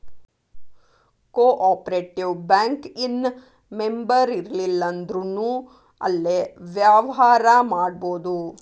co operative bank ಇನ್ ಮೆಂಬರಿರ್ಲಿಲ್ಲಂದ್ರುನೂ ಅಲ್ಲೆ ವ್ಯವ್ಹಾರಾ ಮಾಡ್ಬೊದು